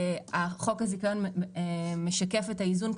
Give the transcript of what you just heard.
חוק הזיכיון משקף את האיזון,